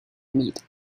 meet